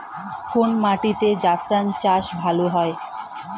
কোন মাটিতে জাফরান চাষ ভালো হয়?